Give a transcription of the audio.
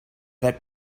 that